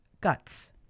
guts